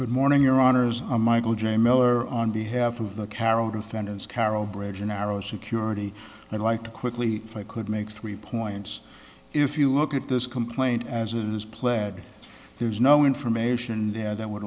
good morning your honour's michael j miller on behalf of the carole defendants carole bridge an arrow security i'd like to quickly if i could make three points if you look at this complaint as it is pled there's no information there that would